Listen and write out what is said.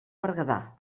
berguedà